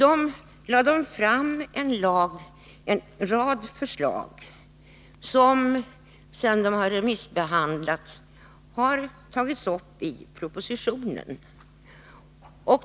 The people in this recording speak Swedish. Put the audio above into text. Den lade fram en rad förslag, som sedan de har remissbehandlats har tagits upp i propositionen.